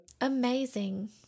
Amazing